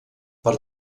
per